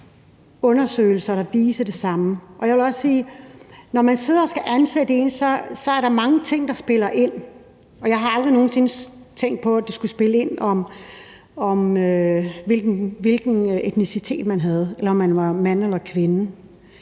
undersøgelser, der viser det samme. Jeg vil også sige, at når man sidder og skal ansætte en, er der mange ting, der spiller ind, og jeg har aldrig nogen sinde tænkt, at det skulle spille ind, hvilken etnicitet man havde, eller om man var mand eller kvinde.